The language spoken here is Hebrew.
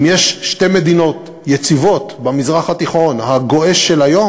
אם יש שתי מדינות יציבות במזרח התיכון הגועש של היום,